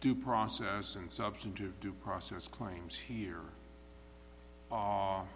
due process and substantive due process claims here